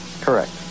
Correct